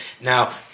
now